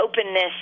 openness